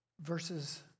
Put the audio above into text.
verses